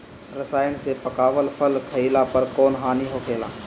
रसायन से पकावल फल खइला पर कौन हानि होखेला?